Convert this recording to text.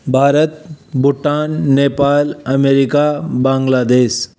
Bharat Bhutan Nepal America Bangladesh